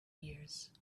years